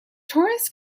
tourists